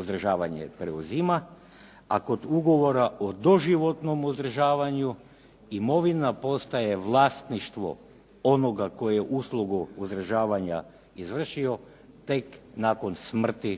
uzdržavanje preuzima a kod ugovora o doživotnom uzdržavanju imovina postaje vlasništvo onoga tko je uslugu uzdržavanja izvršio tek nakon smrti